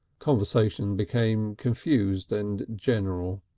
conversation became confused and general.